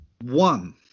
One